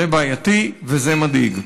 זה בעייתי וזה מדאיג.